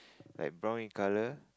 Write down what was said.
like brown in colour